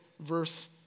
verse